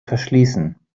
verschließen